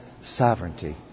Sovereignty